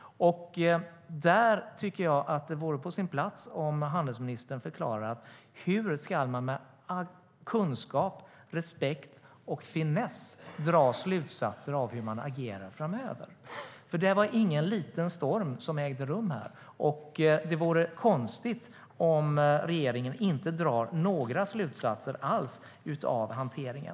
Jag tycker att det vore på sin plats att handelsministern förklarade hur man med kunskap, respekt och finess drar slutsatser av hur man ska agera framöver. Det var ingen liten storm som ägde rum här, och det vore konstigt om regeringen inte drar några slutsatser alls av hanteringen.